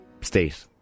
state